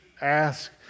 ask